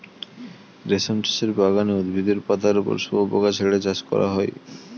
রেশম চাষের বাগানে উদ্ভিদের পাতার ওপর শুয়োপোকা ছেড়ে চাষ করা হয়